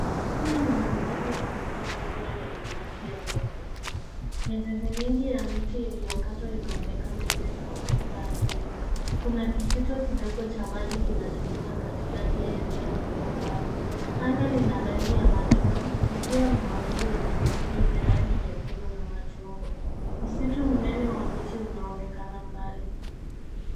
Hii ni mandhari ya mto au ziwa lenye maji yaliyopungua. Mizizi mingi ya miti iliyokatwa inaonekana imetawanyika ardhini. Kuna kijito kidogo cha maji kinachopita katikati ya eneo hilo kavu. Anga lina rangi ya machweo likiwa na mawingu yenye vivuli vya rangi nyekundu na machungwa. Msitu mnene wa miti unaonekana mbali.